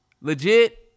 Legit